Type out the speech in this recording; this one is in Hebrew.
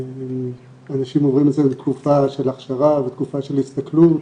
אנשים עוברים אצלנו תקופה של הכשרה ותקופה של הסתכלות